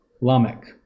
Lamech